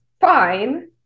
fine